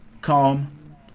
calm